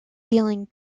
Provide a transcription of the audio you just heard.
dealing